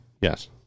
Yes